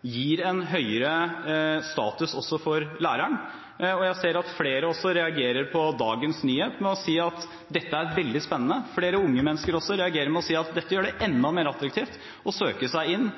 gir en høyere status også for læreren. Jeg ser at flere også reagerer på dagens nyhet med å si at dette er veldig spennende. Flere unge mennesker reagerer også med å si at dette gjør det enda mer attraktivt å søke seg inn